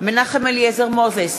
מנחם אליעזר מוזס,